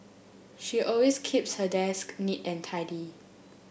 she always keeps her desk neat and tidy